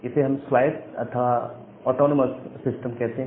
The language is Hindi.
इसे हम स्वायत्त अथवा ऑटोनॉमस सिस्टम कहते हैं